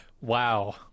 Wow